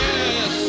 Yes